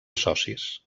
socis